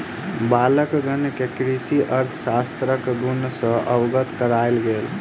बालकगण के कृषि अर्थशास्त्रक गुण सॅ अवगत करायल गेल